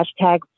hashtag